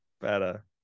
better